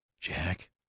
jack